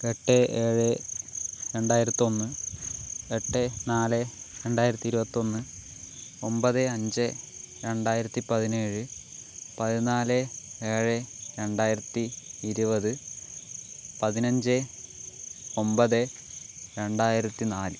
എട്ട് ഏഴ് രണ്ടായിരത്തൊന്ന് എട്ട് നാല് രണ്ടായിരത്തി ഇരുപത്തൊന്ന് ഒമ്പത് അഞ്ച് രണ്ടായിരത്തി പതിനേഴ് പതിനാല് ഏഴ് രണ്ടായിരത്തി ഇരുപത് പതിനഞ്ച് ഒമ്പത് രണ്ടായിരത്തി നാല്